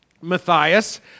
Matthias